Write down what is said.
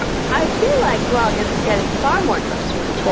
i feel like grog is getting far more trustworthy.